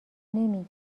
نمی